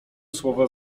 słowa